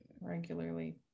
regularly